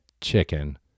chicken